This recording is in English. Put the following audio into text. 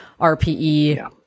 RPE